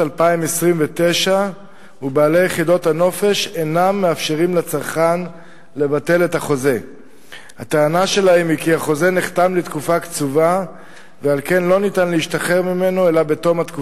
3. האם קיים פיקוח בנושא?